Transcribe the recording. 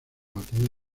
batalla